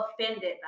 offended